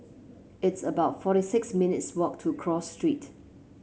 it's about forty six minutes walk to Cross Street